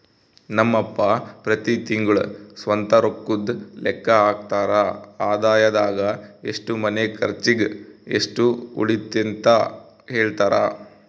ನಮ್ ಅಪ್ಪ ಪ್ರತಿ ತಿಂಗ್ಳು ಸ್ವಂತ ರೊಕ್ಕುದ್ ಲೆಕ್ಕ ಹಾಕ್ತರ, ಆದಾಯದಾಗ ಎಷ್ಟು ಮನೆ ಕರ್ಚಿಗ್, ಎಷ್ಟು ಉಳಿತತೆಂತ ಹೆಳ್ತರ